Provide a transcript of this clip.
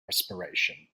respiration